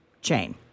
chain